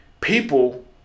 people